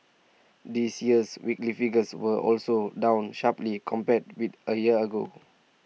this year's weekly figures were also down sharply compared with A year ago